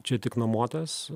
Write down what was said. čia tik nuomotojas